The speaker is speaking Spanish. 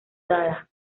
dada